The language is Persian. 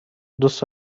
دوست